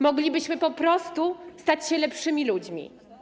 Moglibyśmy po prostu stać się lepszymi ludźmi.